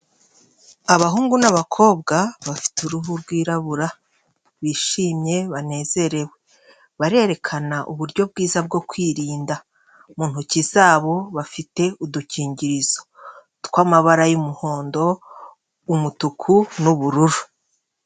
Abahungu n'abakobwa bafite uruhu rwirabura, bishimye, banezerewe, barerekana uburyo bwiza bwo kwirinda, mu ntoki zabo bafite udukingirizo tw'amabara y'umuhondo, umutuku n'ubururu.